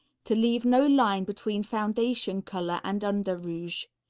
to leave no line between foundation color and under rouge.